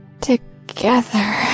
together